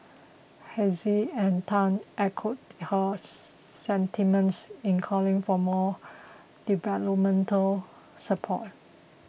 Hafiz and Tan echoed her sentiments in calling for more developmental support